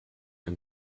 and